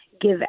give